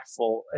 impactful